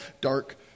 dark